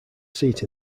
seat